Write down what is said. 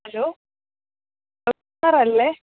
hello അല്ലേ